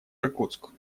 иркутск